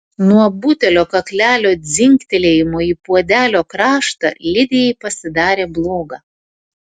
nuo butelio kaklelio dzingtelėjimo į puodelio kraštą lidijai pasidarė bloga